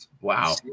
Wow